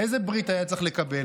איזה ברית היה צריך לקבל?